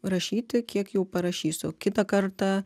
rašyti kiek jau parašysiu kitą kartą